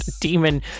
demon